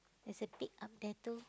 there's a pig up there too